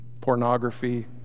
Pornography